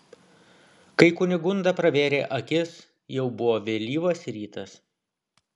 kai kunigunda pravėrė akis jau buvo vėlyvas rytas